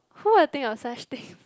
who will think of such thing